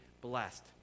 blessed